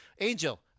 Angel